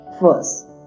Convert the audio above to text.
first